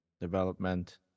development